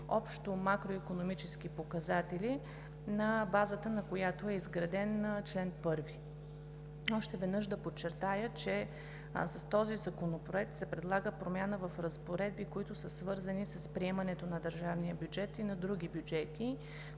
общи макроикономически показатели, на чиято база е изграден чл. 1. Още веднъж да подчертая, че с този законопроект се предлага промяна в разпоредби, които са свързани с приемането на държавния бюджет и на други бюджети,